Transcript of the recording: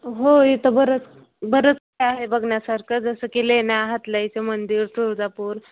हो इथं बरंच बरंच काय आहे बघण्यासारखं जसं की लेण्या हातलाईचं मंदिर तुळजापूर